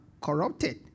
corrupted